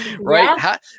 right